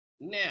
Now